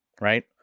right